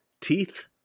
Teeth